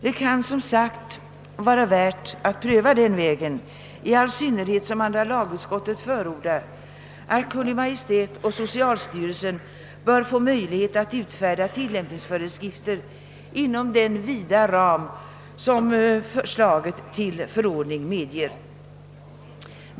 Det kan, som sagt, vara värt att pröva denna väg, i all synnerhet som andra lagutskottet förordat att Kungl. Maj:t och socialstyrelsen bör få möjlighet att utfärda tillämpningsföreskrifter inom den vida ram som förslaget till förordning medger.